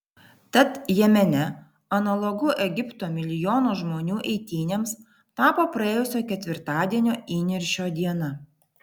tad jemene analogu egipto milijono žmonių eitynėms tapo praėjusio ketvirtadienio įniršio diena